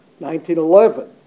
1911